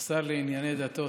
השר לענייני דתות,